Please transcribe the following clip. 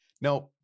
Now